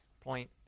point